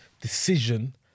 decision